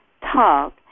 talk